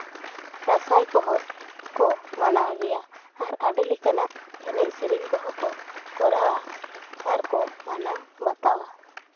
ᱫᱟᱸᱥᱟᱭ ᱠᱚᱦᱚᱸ ᱠᱚ ᱢᱟᱱᱟᱣ ᱜᱮᱭᱟ ᱟᱨ ᱟᱹᱰᱤ ᱞᱮᱠᱟᱱᱟᱜ ᱮᱱᱮᱡᱼᱥᱮᱨᱮᱧ ᱠᱚᱦᱚᱸ ᱠᱚ ᱠᱚᱨᱟᱣᱟ ᱟᱨ ᱠᱚ ᱢᱟᱱᱟᱣ ᱵᱟᱛᱟᱣᱟ